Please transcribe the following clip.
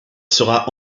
sera